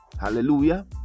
Hallelujah